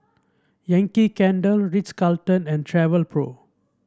Yankee Candle Ritz Carlton and Travelpro